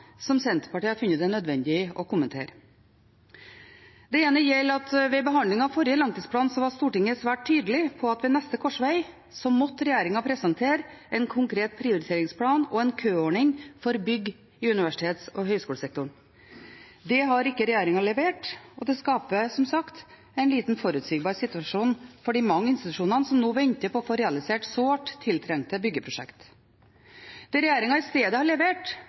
som Senterpartiet har funnet det nødvendig å kommentere: Det ene gjelder at Stortinget ved behandlingen av forrige langtidsplan var svært tydelig på at regjeringen ved neste korsvei måtte presentere en konkret prioriteringsplan og en køordning for bygg i universitets- og høyskolesektoren. Det har ikke regjeringen levert, og det skaper som sagt en lite forutsigbar situasjon for de mange institusjonene som nå venter på å få realisert sårt tiltrengte byggeprosjekt. Det som regjeringen i stedet har levert,